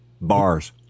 Bars